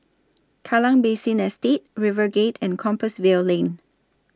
Kallang Basin Estate RiverGate and Compassvale Lane